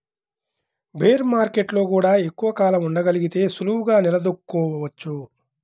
bear మార్కెట్టులో గూడా ఎక్కువ కాలం ఉండగలిగితే సులువుగా నిలదొక్కుకోవచ్చు